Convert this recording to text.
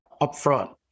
upfront